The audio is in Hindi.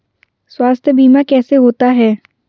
स्वास्थ्य बीमा कैसे होता है?